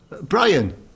Brian